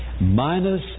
Minus